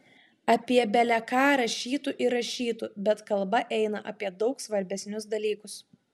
apie bele ką rašytų ir rašytų bet kalba eina apie daug svarbesnius dalykus